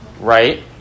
Right